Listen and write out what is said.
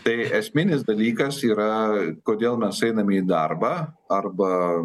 tai esminis dalykas yra kodėl mes einame į darbą arba